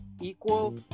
equal